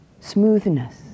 smoothness